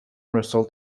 result